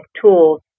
tools